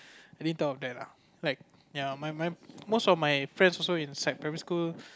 I didn't thought of that lah like ya my my most of my friends also in secondary school